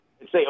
say